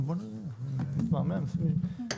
שלום, גברתי, מה שלומך?